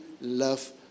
love